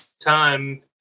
time